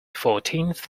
fourteenth